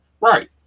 Right